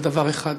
על דבר אחד,